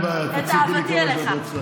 אין בעיה, תציקי לי כמה שאת רוצה.